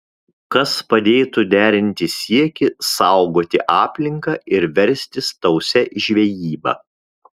kas padėtų derinti siekį saugoti aplinką ir verstis tausia žvejyba